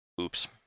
Oops